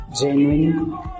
Genuine